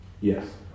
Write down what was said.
Yes